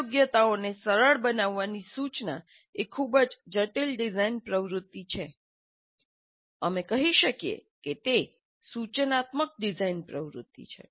આ યોગ્યતાઓને સરળ બનાવવાની સૂચના એ ખૂબ જ જટિલ ડિઝાઇન પ્રવૃત્તિ છે અમે કહી શકીએ કે તે સૂચનાત્મક ડિઝાઇન પ્રવૃત્તિ છે